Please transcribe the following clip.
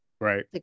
right